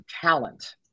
talent